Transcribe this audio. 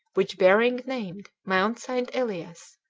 which behring named mount st. elias,